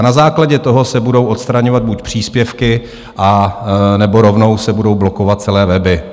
Na základě toho se budou odstraňovat buď příspěvky, anebo rovnou se budou blokovat celé weby.